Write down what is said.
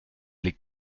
les